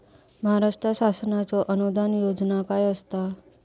महाराष्ट्र शासनाचो अनुदान योजना काय आसत?